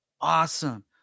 awesome